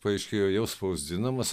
paaiškėjo jau spausdinamas